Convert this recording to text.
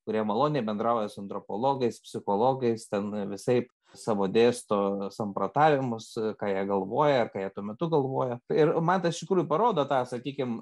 kurie maloniai bendrauja su antropologais psichologais ten visaip savo dėsto samprotavimus ką jie galvoja ir ką jie tuo metu galvojo ir mantas iš tikrųjų parodo tą sakykim